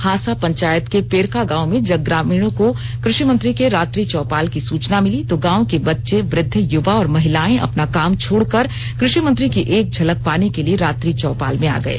हांसा पंचायत के पेरका गांव में जब ग्रामीणों को कृषि मंत्री के रात्रि चौपाल की सूचना मिली तो गांव के बच्चे वृद्ध युवा और महिलाएं अपना काम छोड़कर कृषि मंत्री की एक झलक पाने के लिए रात्रि चौपाल में आ गये